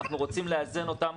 אנחנו רוצים לאזן אותם